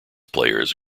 players